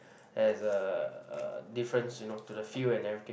as a a difference you know to the feel and everything